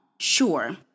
sure